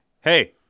hey